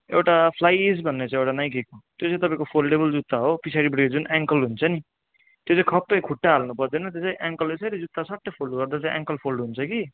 एउटा फ्लाइज भन्ने छ एउटा नाइकीको त्यो चाहिँ तपाईँको फोल्डेवल जुत्ता हो पिछाडिपट्टि जुन एङ्कल हुन्छ नि त्यो चाहिँ खप्पै खुट्टा हाल्नु पर्दैन त्यो चाहिँ एङ्कल यसरी जुत्ता सट्टै फोल्ड गर्दा एङ्कल फोल्ड हुन्छ कि